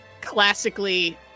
classically